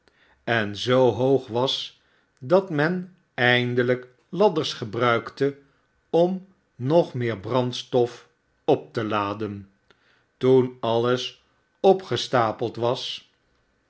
en zoo hoog was dat men eindelijk ladders gebrmkte om nog meer brandstof op te laden toen alles opgestapeld was